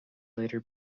later